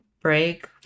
break